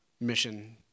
mission